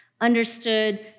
understood